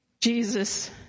Jesus